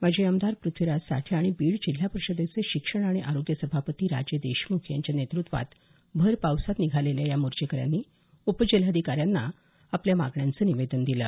माजी आमदार प्रथ्वीराज साठे आणि बीड जिल्हा परिषदेचे शिक्षण आणि आरोग्य सभापती राजेदेशमुख यांच्या नेतृत्वात भर पावसात निघालेल्या या मोर्चेकऱ्यांनी उपजिल्हाधिकाऱ्यांना आपल्या मागण्यांचे निवेदन दिले